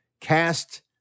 cast